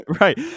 Right